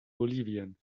bolivien